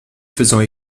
faisant